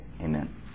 Amen